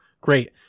great